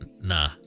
Nah